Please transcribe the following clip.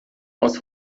aus